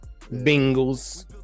Bengals